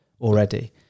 Already